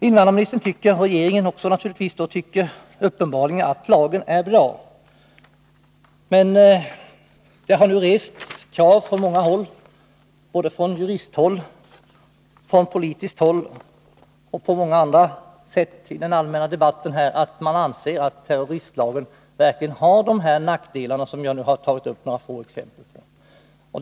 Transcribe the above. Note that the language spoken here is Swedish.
Invandrarministern tycker uppenbarligen — och då naturligtvis också regeringen — att lagen är bra. Men det har nu sagts från många håll — från juristhåll, från politiskt håll och från andra håll i den allmänna debatten — att man anser att terorristlagen verkligen har de nackdelar som jag nu har gett några få exempel på.